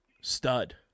Stud